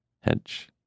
Hedge